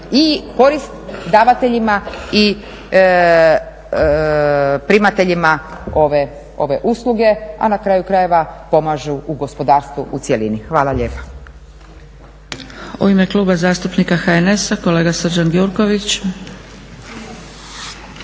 koristiti i davateljima i primateljima ove usluge, a na kraju krajeva pomažu u gospodarstvu u cjelini. Hvala lijepa.